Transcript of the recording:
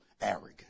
arrogant